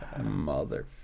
Mother